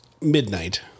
midnight